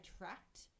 attract